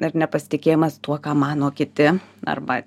ir nepasitikėjimas tuo ką mano kiti arba